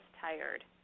tired